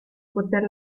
poter